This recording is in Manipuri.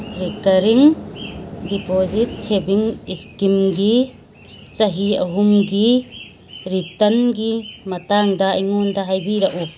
ꯔꯦꯀꯔꯤꯡ ꯗꯤꯄꯣꯖꯤꯠ ꯁꯦꯕꯤꯡ ꯏꯁꯀꯤꯝꯒꯤ ꯆꯍꯤ ꯑꯍꯨꯝꯒꯤ ꯔꯤꯇꯟꯒꯤ ꯃꯇꯥꯡꯗ ꯑꯩꯉꯣꯟꯗ ꯍꯥꯏꯕꯤꯔꯛꯎ